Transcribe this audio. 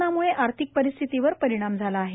कोरोनामुळे आर्थिक परिस्थितीवर परिणाम झाला आहे